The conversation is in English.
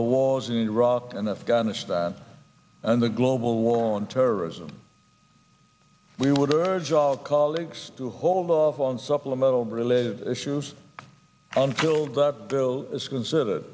the wars in iraq and afghanistan and the global war on terrorism we would urge our colleagues to hold off on supplemental related issues until that bill is considered